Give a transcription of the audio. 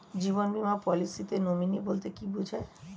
জীবন বীমা পলিসিতে নমিনি বলতে কি বুঝায়?